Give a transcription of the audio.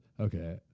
okay